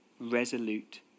resolute